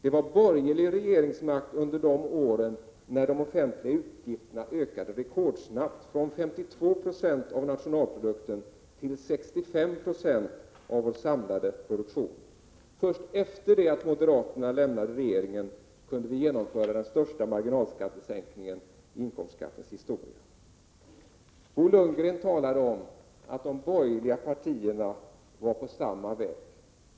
Det var borgerligt regeringsinnehav under de år då de offentliga utgifterna ökade rekordsnabbt, från 52 20 av bruttonationalprodukten till 65 96. Först sedan moderaterna lämnat regeringen kunde vi genomföra den största marginalskattesänkningen i inkomstskattens historia. Bo Lundgren sade att de borgerliga partierna var på samma väg.